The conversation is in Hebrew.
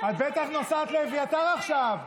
את בטח נוסעת לאביתר עכשיו.